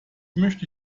möchte